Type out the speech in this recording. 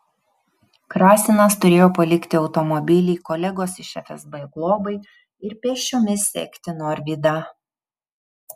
krasinas turėjo palikti automobilį kolegos iš fsb globai ir pėsčiomis sekti norvydą